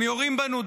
הם יורים בנו,